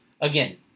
again